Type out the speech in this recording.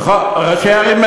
דווקא אצל ראשי ערים זה קיים.